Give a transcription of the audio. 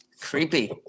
creepy